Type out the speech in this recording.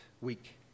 week